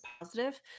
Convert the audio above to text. positive